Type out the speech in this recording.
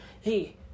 hey